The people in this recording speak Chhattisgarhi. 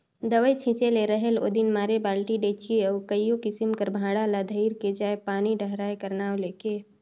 दवई छिंचे ले रहेल ओदिन मारे बालटी, डेचकी अउ कइयो किसिम कर भांड़ा ल धइर के जाएं पानी डहराए का नांव ले के